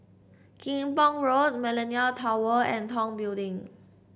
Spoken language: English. Kim Pong Road Millenia Tower and Tong Building